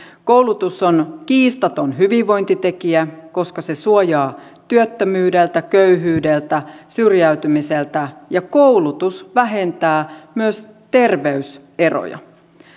koulutus on kiistaton hyvinvointitekijä koska se suojaa työttömyydeltä köyhyydeltä syrjäytymiseltä ja koulutus vähentää myös terveyseroja